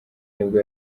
nibwo